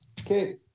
Okay